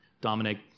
Dominic